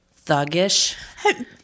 thuggish